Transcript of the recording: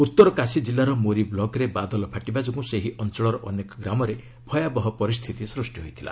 ଉତ୍ତର କାଶୀ ଜିଲ୍ଲାର ମୋରି ବ୍ଲକରେ ବାଦଲ ଫାଟିବା ଯୋଗୁଁ ସେହି ଅଞ୍ଚଳର ଅନେକ ଗ୍ରାମରେ ଭୟାବହ ପରିସ୍ଥିତି ସୃଷ୍ଟି ହୋଇଥିଲା